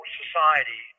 society